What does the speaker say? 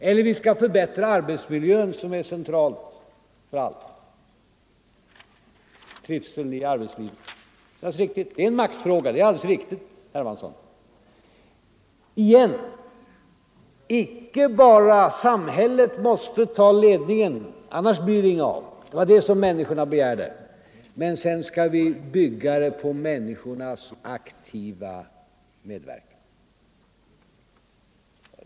Eller vi skall förbättra arbetsmiljön — det är en central fråga för trivsel i arbetslivet. Det är en maktfråga; det är alldeles riktigt, herr Hermansson. Jag upprepar: Samhället måste ta ledningen, annars blir det inget av. Det var vad människorna begärde. Men sedan skall vi bygga på människornas aktiva medverkan.